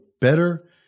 better